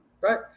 right